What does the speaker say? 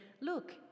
look